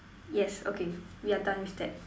yes okay we are done with that